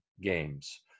games